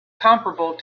comparable